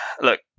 Look